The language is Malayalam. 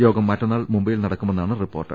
യോഗം മറ്റന്നാൾ മുംബൈയിൽ നടക്കുമെന്നാണ് റിപ്പോർട്ട്